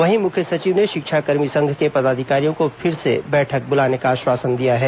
वहीं मुख्य सचिव ने शिक्षाकर्मी संघ के पदाधिकारियों को फिर से बैठक बुलाने का आश्वासन दिया है